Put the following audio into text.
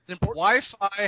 Wi-Fi